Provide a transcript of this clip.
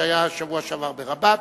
שהיה בשבוע שעבר ברבאט.